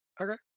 Okay